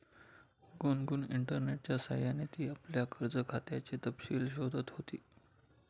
गुनगुन इंटरनेटच्या सह्याने ती आपल्या कर्ज खात्याचे तपशील शोधत होती